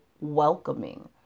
welcoming